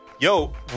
yo